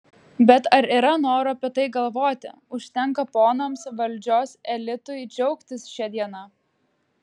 bet ar yra noro apie tai galvoti užtenka ponams valdžios elitui džiaugtis šia diena